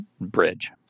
bridge